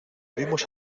vimos